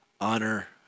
honor